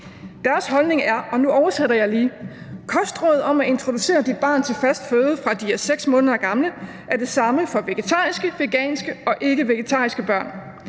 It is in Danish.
Deres holdning er denne, og nu oversætter jeg lige: Kostråd om at introducere dit barn til fast føde, fra de er 6 måneder gamle, er det samme for vegetariske, veganske og ikkevegetariske børn.